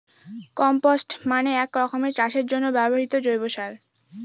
compost মানে এক রকমের চাষের জন্য ব্যবহৃত জৈব সার